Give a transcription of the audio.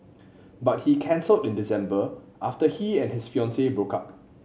but he cancelled in December after he and his fiancee broke up